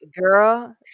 Girl